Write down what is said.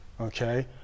okay